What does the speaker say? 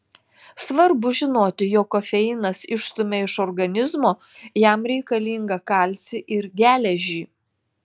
svarbu žinoti jog kofeinas išstumia iš organizmo jam reikalingą kalcį ir geležį